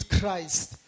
Christ